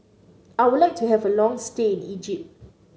I would like to have a long stay in Egypt